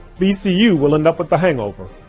vcu will end up with a hangover,